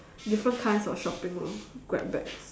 different kinds of shopping lor grab bag